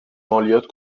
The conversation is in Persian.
مالیات